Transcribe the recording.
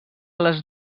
les